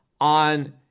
on